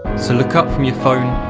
so look up from your phone,